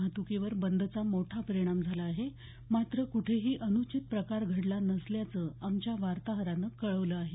वाहतुकीवर बंदचा मोठा परिणाम झाला आहे मात्र कुठेही अनूचित प्रकार घडला नसल्याचं आमच्या वार्ताहरानं कळवलं आहे